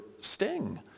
sting